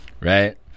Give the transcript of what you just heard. Right